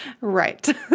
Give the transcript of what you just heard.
Right